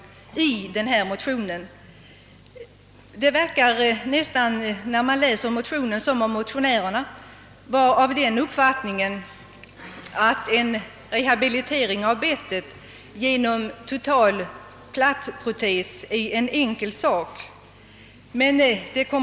När man läser motionen får man den uppfattningen att motionärerna anser att en rehabilitering av bettet genom total plattprotes är en ganska enkel sak.